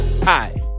Hi